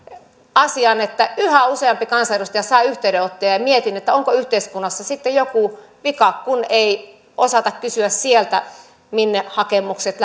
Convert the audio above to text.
asian että yhä useampi kansanedustaja saa yhteydenottoja ja mietin onko yhteiskunnassa sitten jokin vika kun ei osata kysyä sieltä minne hakemukset